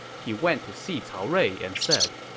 he went to see cao rui and said,